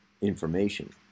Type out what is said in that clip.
information